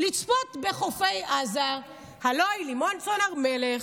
לצפות בחופי עזה, הלוא היא לימור סון הר מלך.